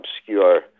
obscure